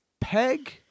Peg